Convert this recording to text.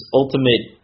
ultimate